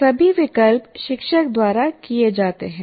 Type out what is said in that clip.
सभी विकल्प शिक्षक द्वारा किए जाते हैं